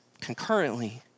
concurrently